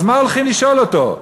אז מה הולכים לשאול אותו?